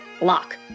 lock